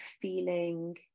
feeling